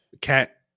cat